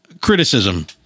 criticism